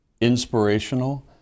inspirational